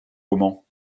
roman